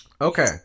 Okay